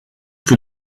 que